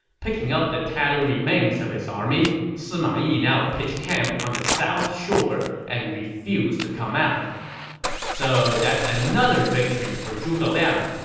picking up the tattered remains of his army, sima yi now pitched camp on the south shore and refused to come out so that's another victory for zhuge liang.